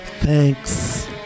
Thanks